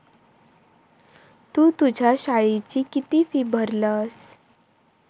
तु तुझ्या शाळेची किती फी भरलस?